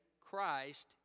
Christ